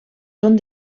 són